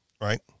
right